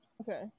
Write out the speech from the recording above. Okay